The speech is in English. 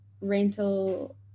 rental